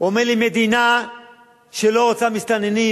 הוא אומר לי: מדינה שלא רוצה מסתננים,